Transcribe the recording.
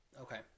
Okay